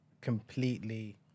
completely